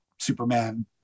Superman